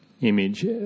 image